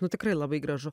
nu tikrai labai gražu